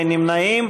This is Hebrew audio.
אין נמנעים.